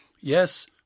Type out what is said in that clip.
Yes